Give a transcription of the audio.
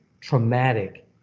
traumatic